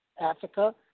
Africa